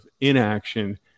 inaction